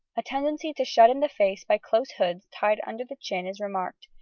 a tendency to shut in the face by close hoods tied under the chin is remarked,